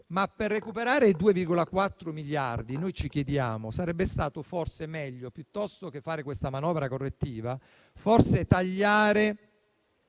ma per recuperare 2,4 miliardi ci chiediamo se non sarebbe stato forse meglio, piuttosto che fare questa manovra correttiva, non tagliare